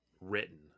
written